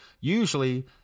usually